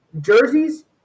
jerseys